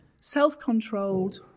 self-controlled